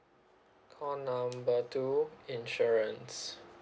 call number two insurance